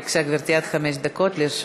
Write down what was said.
בבקשה, גברתי, עד חמש דקות לרשותך.